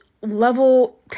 level